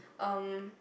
um